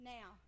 Now